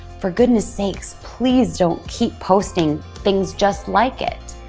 for goodness sakes, please don't keep posting things just like it.